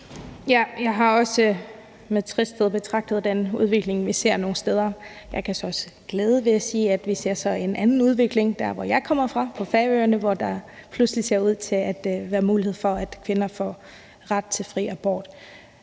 Jeg har også med tristhed betragtet den udvikling, vi ser nogle steder. Jeg kan så også glæde ved at sige, at vi ser en anden udvikling der, hvor jeg kommer fra, altså på Færøerne, hvor der pludselig ser ud til at være mulighed for, at kvinder får ret til fri abort.